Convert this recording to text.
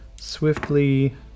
swiftly